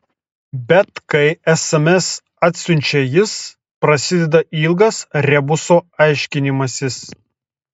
bet kai sms atsiunčia jis prasideda ilgas rebuso aiškinimasis